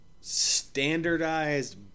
standardized